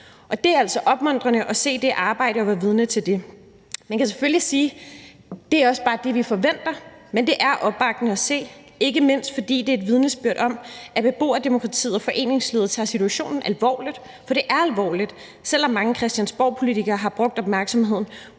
Det er altså opmuntrende at se det arbejde og være vidne til det. Man kan selvfølgelig sige, at det også bare er det, vi forventer, men det er opmuntrende at se, ikke mindst fordi det er et vidnesbyrd om, at beboerdemokratiet og foreningslivet tager situationen alvorligt. For det er alvorligt, selv om mange christiansborgpolitikere har brugt opmærksomheden